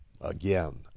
again